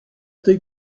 they